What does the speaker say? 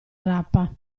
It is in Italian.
rapa